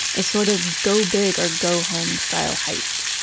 ah sort of go big or go home style heist.